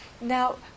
Now